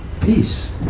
Peace